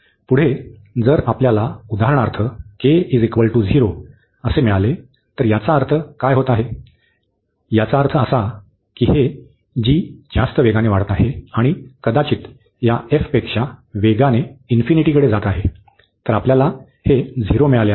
पुढे जर आपल्याला उदाहरणार्थ मिळाले तर याचा अर्थ काय होत आहे याचा अर्थ असा की हे g जास्त वेगाने वाढत आहे आणि कदाचित या f पेक्षा वेगाने इन्फिनिटीकडे जात आहे तर आपल्याला हे झिरो मिळाले आहे